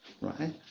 right